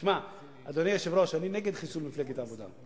אדוני היושב-ראש, אני נגד חיסול מפלגת העבודה.